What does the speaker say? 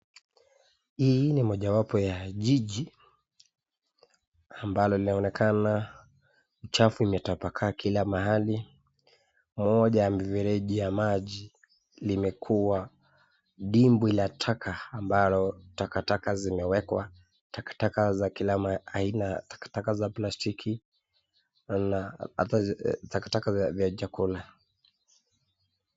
Hii ni moja wapo ya jiji ambayo linaonekana chafu imetapakaa kila mahali. Moja ya mvereji ya maji limekuwa dimbwi la taka ambalo takataka zimewekwa, takataka za kila aina, takataka ya plastiki na hata takataka za chakula.